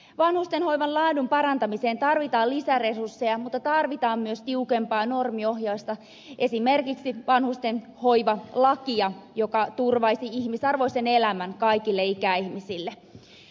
vanhustenhoivan laadun parantamiseen tarvitaan lisää resursseja mutta tarvitaan myös tiukempaa normiohjausta esimerkiksi vanhusten hoivalakia joka turvaisi ihmisarvoisen elämän kaikille ikäihmisille